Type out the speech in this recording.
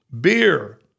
beer